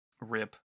Rip